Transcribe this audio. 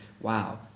wow